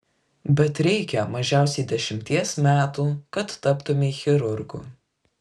bet reikia mažiausiai dešimties metų kad taptumei chirurgu